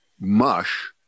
mush